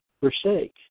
forsake